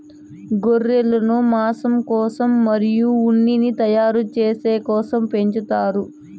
గొర్రెలను మాంసం కోసం మరియు ఉన్నిని తయారు చేసే కోసం పెంచుతారు